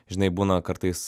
žinai būna kartais